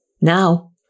Now